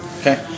okay